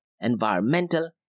environmental